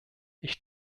ich